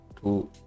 two